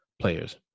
players